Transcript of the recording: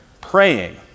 praying